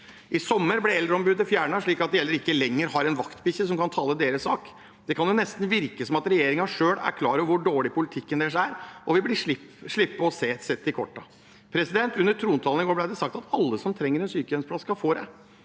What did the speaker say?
I sommer ble eldreombudet fjernet slik at de eldre ikke lenger har en vaktbikkje som kan tale deres sak. Det kan nesten virke som om regjeringen selv er klar over hvor dårlig politikken deres er, og vil slippe å bli sett i kortene. Under trontalen i går ble det sagt at alle som trenger en sykehjemsplass, skal få det.